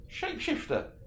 shapeshifter